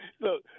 Look